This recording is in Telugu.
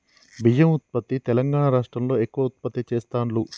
బియ్యం ఉత్పత్తి తెలంగాణా రాష్ట్రం లో ఎక్కువ ఉత్పత్తి చెస్తాండ్లు